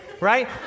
right